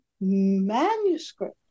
manuscript